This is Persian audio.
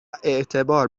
اعتبار